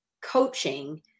coaching